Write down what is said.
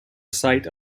site